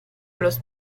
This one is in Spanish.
los